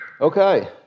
Okay